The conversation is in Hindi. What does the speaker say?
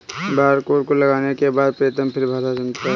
बारकोड को लगाने के बाद प्रीतम फिर भाषा चुनता है